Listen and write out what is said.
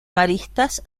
maristas